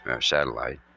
Satellite